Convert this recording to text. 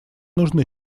нужно